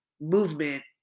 movement